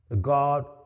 God